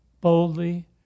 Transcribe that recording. boldly